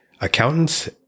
accountants